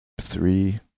three